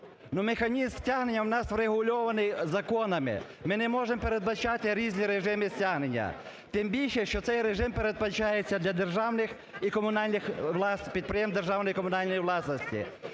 механізм стягнення в нас врегульований законами, ми не можемо передбачати різні режими стягнення, тим більше, що цей режим передбачається для державних і комунальних …